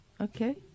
Okay